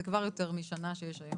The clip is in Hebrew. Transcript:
זה כבר יותר משנה שיש היום.